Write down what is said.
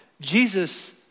Jesus